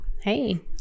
hey